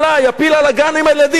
יפיל על הגן עם הילדים.